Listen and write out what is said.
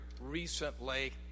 recently